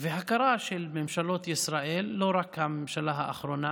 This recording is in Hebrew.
והכרה של ממשלות ישראל, לא רק הממשלה האחרונה